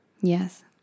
Yes